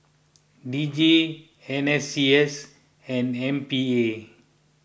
D J N S C S and M P A